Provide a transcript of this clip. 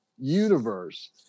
universe